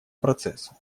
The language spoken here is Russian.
процесса